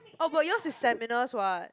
oh but yours is seminars what